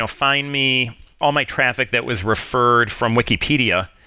ah find me all my traffic that was referred from wikipedia,